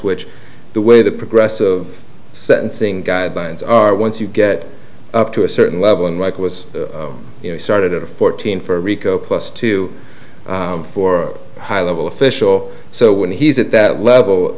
which the way the progress of sentencing guidelines are once you get up to a certain level and mike was you know started at fourteen for rico plus two for high level official so when he's at that level